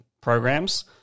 programs